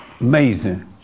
amazing